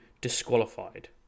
disqualified